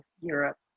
europe